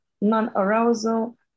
non-arousal